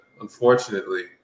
unfortunately